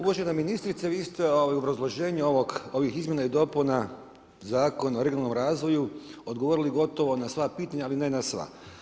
Uvažena ministrice, vi ste u obrazloženju ovih izmjena i dopuna Zakona o regionalnom razvoju odgovorili gotovo na sva pitanja, ali ne na sva.